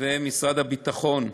ומשרד הביטחון,